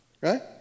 Right